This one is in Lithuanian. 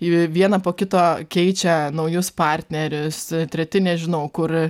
vieną po kito keičia naujus partnerius treti nežinau kur